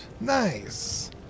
Nice